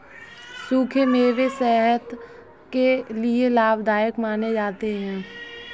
सुखे मेवे सेहत के लिये लाभदायक माने जाते है